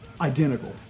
identical